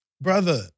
Brother